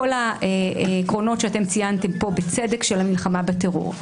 כל העקרונות שציינתם פה בצדק של המלחמה בטרור.